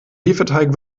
hefeteig